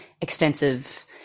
extensive